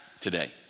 today